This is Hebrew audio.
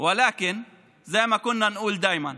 אבל כמו שאנו תמיד אומרים,